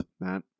Matt